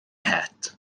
het